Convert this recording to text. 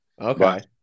okay